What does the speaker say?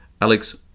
alex